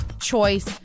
choice